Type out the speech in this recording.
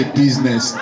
business